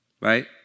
right